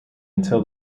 until